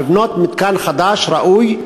לבנות מתקן חדש, ראוי,